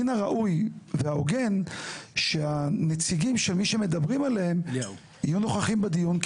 מן הראוי וההוגן שהנציגים של מי שמדברים עליהם יהיו נוכחים בדיון,